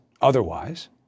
otherwise